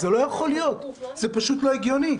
זה לא יכול להיות, זה לא הגיוני.